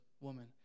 woman